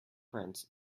prince